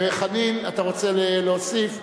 חנין, אתה רוצה להוסיף?